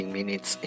Minutes